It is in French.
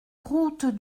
route